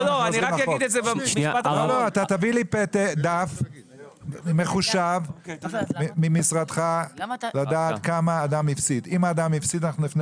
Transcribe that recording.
תביא לי נייר מחושב שיאמר כמה אדם הפסיד.